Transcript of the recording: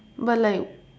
but like